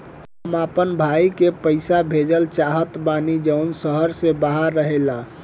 हम अपना भाई के पइसा भेजल चाहत बानी जउन शहर से बाहर रहेला